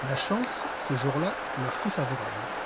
la chance ce jour-là leur fut favorable